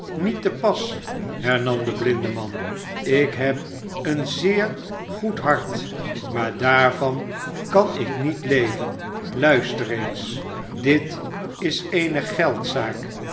niet te pas hernam de blindeman ik heb een zeer goed hart maar daarvan kan ik niet leven luister eens dit is eene